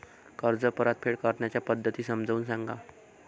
कर्ज परतफेड करण्याच्या पद्धती समजून सांगा